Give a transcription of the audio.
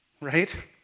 right